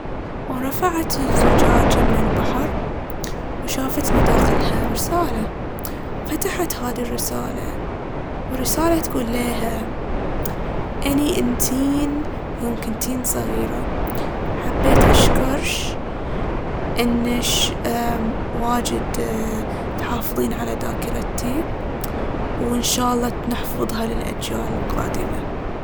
ورفعت الزجاجة من البحر وشافت ان داخلها رسالة. فتحت هاذي الرسالة والرسالة تقول ليها "أني إنتين يوم كنتين صغيرة، حبيت أشكرش إنش امم واجد تحافظين على ذاكرتي وإنشاالله نحفظها للأجيال القادمة".